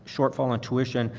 shortfall intuition.